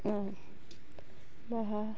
ᱩᱸ ᱵᱟᱦᱟ